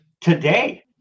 today